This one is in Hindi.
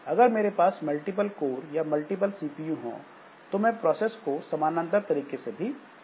अगर मेरे पास मल्टीपल कोर या फिर मल्टीपल सीपीयू हो तो मैं प्रोसेस को समानांतर तरीके से भी कर सकता हूँ